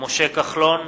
משה כחלון,